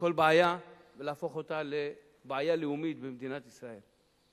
וכל בעיה, ולהפוך אותה לבעיה לאומית במדינת ישראל.